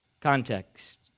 context